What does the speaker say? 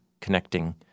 connecting